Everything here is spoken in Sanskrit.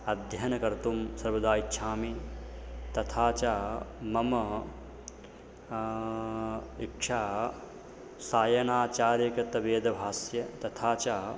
अध्ययनं कर्तुं सर्वदा इच्छामि तथा च मम इच्छा सायणाचार्यकृतवेदभाष्यं तथा च